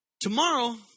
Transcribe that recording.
Tomorrow